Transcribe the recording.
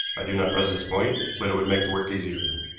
i do not press this point, but it would make the work easier.